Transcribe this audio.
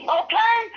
okay